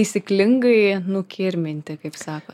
taisyklingai nukirminti kaip sako